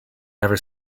never